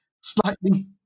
slightly